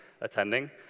attending